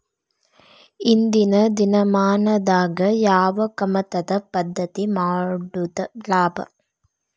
ಇಂದಿನ ದಿನಮಾನದಾಗ ಯಾವ ಕಮತದ ಪದ್ಧತಿ ಮಾಡುದ ಲಾಭ?